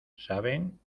saben